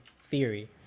Theory